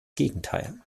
gegenteil